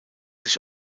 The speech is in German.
sich